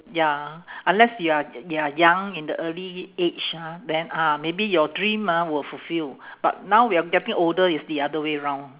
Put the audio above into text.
ya unless you are you are young in the early age ah then ah maybe your dream ah will fulfil but now we are getting older it's the other way round